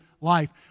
life